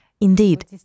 Indeed